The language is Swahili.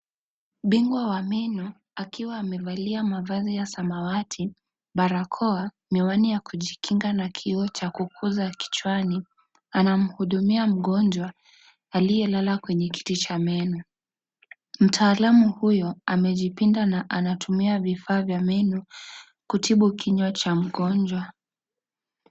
Bingwa meno akiwa amevalia mavazi ya samawati, barakoa, miwani ya kujikinga na kioo cha kukuza kichwani. Anamhudumia mgonjwa aliyelala kwenye kiti cha meno. Mtaalamu huyo amejipinda na anatumia vifaa vya meno, kutibu kinywa cha mgonjwa.